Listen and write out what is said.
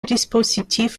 dispositif